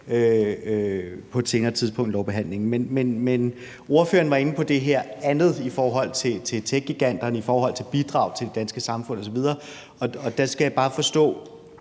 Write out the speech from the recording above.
på et senere tidspunkt i lovbehandlingen. Men ordføreren var inde på det andet i forhold til techgiganternes bidrag til det danske samfund osv. Og der skal jeg bare forstå